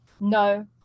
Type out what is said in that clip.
No